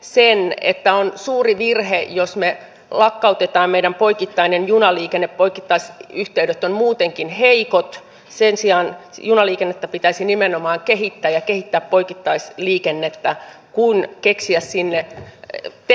mutta valitettavaa on että nyt aika paljon näistä saavutetuista säästöistä menee valtion toiseen taskuun eli senaatti kiinteistöille ja tähän pitäisi kyllä löytyä joku kestävämpi ratkaisu